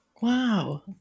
Wow